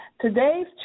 Today's